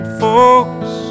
folks